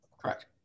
correct